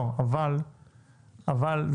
אבל זה